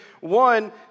One